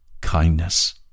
kindness